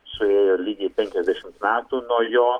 suėjo lygiai penkiasdešimt metų nuo jo